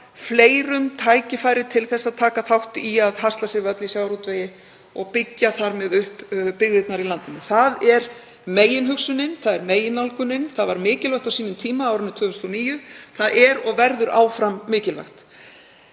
fleirum tækifæri til að taka þátt í að hasla sér völl í sjávarútvegi og byggja þar með upp byggðirnar í landinu. Það er meginhugsunin, það er meginnálgunin. Það var mikilvægt á sínum tíma, á árinu 2009, það er og verður áfram mikilvægt.